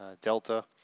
delta